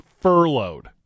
furloughed